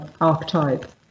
archetype